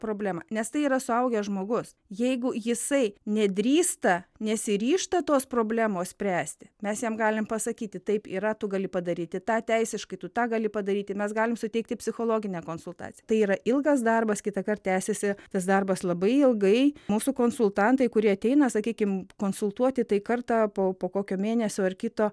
problemą nes tai yra suaugęs žmogus jeigu jisai nedrįsta nesiryžta tos problemos spręsti mes jam galim pasakyti taip yra tu gali padaryti tą teisiškai tu tą gali padaryti mes galim suteikti psichologinę konsultaciją tai yra ilgas darbas kitąkart tęsiasi tas darbas labai ilgai mūsų konsultantai kurie ateina sakykim konsultuoti tai kartą po po kokio mėnesio ar kito